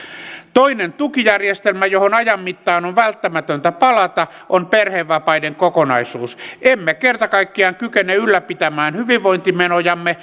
toinen tukijärjestelmä johon ajan mittaan on välttämätöntä palata on perhevapaiden kokonaisuus emme kerta kaikkiaan kykene ylläpitämään hyvinvointimenojamme